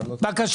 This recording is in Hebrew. תענה לי, בבקשה.